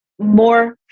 more